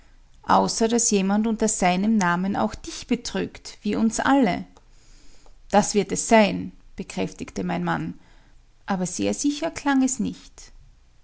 außer daß jemand unter seinem namen auch dich betrügt wie uns alle das wird es sein bekräftigte mein mann aber sehr sicher klang es nicht